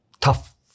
tough